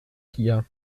hier